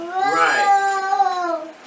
Right